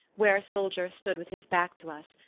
where a soldier stood with his back to us,